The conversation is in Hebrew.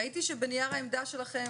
ראיתי שבנייר העמדה שלכם,